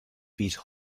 these